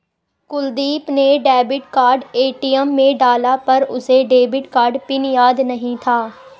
कुलदीप ने debit card ATM में डाला पर उसे डेबिट कार्ड पिन याद नहीं था